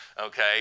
okay